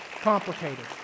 complicated